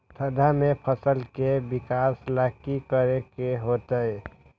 ठंडा में फसल के विकास ला की करे के होतै?